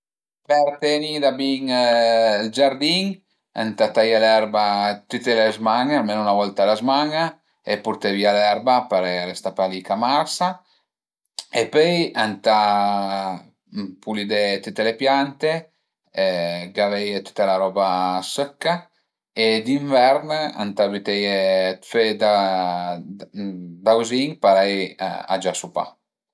Per teni da bin ël giardin ëntà taié l'erba tüte le zman-e, almenu 'na volta a la zman-a e pöi ëntà pulidé tüte le piante, gaveie tüta la roba sëcca e d'invern ëntà büteie dë föie dauzin parei a giasu pa